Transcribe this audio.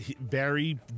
Barry